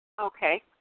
Okay